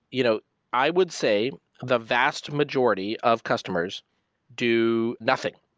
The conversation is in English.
you know i would say the vast majority of customers do nothing.